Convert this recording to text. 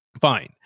fine